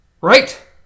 Right